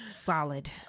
solid